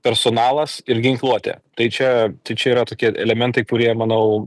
personalas ir ginkluotė tai čia tai čia yra tokie elementai kurie manau